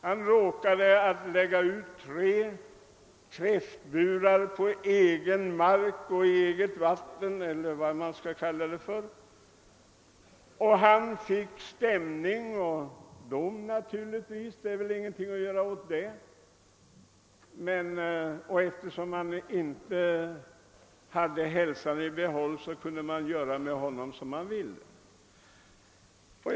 Han lade ut tre kräftburar på egen mark eller i eget vatten eller vad man vill kalla det. Efter stämning blev han naturligtvis dömd — man kan väl inte göra någonting åt det — och eftersom han inte hade hälsan i behåll, kunde man göra med honom som man ville.